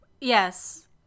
Yes